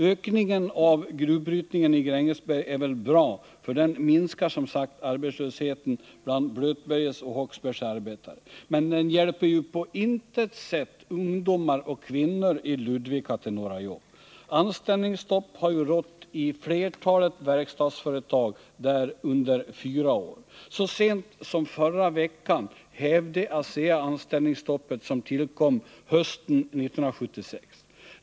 Ökningen av gruvbrytningen i Grängesberg är väl bra, för den minskar som sagt arbetslösheten bland Blötbergets och Håksbergs arbetare, men den hjälper ju på inget sätt ungdomar och kvinnor i Ludvika till några jobb. Anställningsstopp har rått i flertalet verkstadsföretag där under fyra år. Så sent som förra veckan hävde ASEA det anställningsstopp som tillkom hösten 1976.